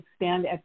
expand